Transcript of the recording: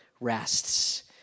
rests